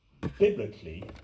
biblically